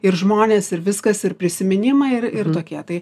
ir žmonės ir viskas ir prisiminimai ir ir tokie tai